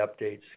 updates